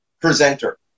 presenter